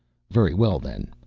very well, then,